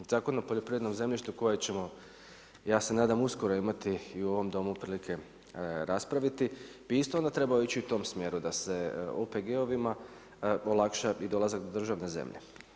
Zakon i poljoprivrednom zemljištu koji ćemo ja se nadam uskoro imati i u ovom Domu prilike raspraviti, bi isto trebao ići u tom smjeru da se OPG-ovima olakša dolazak do državne zemlje.